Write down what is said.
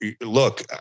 look